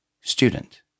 Student